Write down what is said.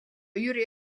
jüri